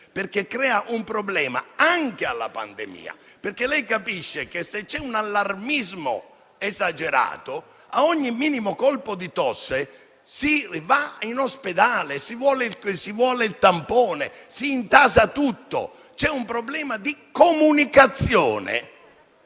perché crea un problema anche alla pandemia. Lei capisce che, se c'è un allarmismo esagerato, ad ogni minimo colpo di tosse si va in ospedale, si vuole fare il tampone e si intasa tutto. C'è un problema di comunicazione